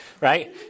right